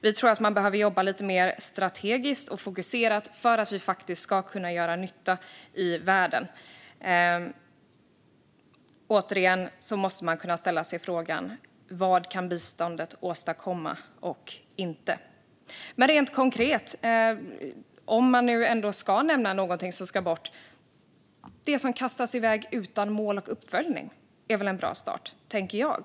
Vi tror att man behöver jobba lite mer strategiskt och fokuserat för att Sverige ska kunna göra nytta i världen. Återigen: Man måste kunna ställa sig frågan om vad biståndet kan åstadkomma och inte. Om man nu ändå ska nämna något rent konkret som ska bort: Sådant som kastas iväg utan mål och uppföljning är väl en bra start, tänker jag.